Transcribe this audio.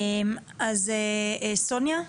סוניה,